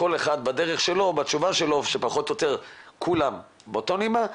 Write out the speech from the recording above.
כל אחד בדרך שלו ובתשובה שלו שפחות או יותר כולם באותה נימה,